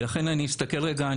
ולכן אני אסתכל רגע,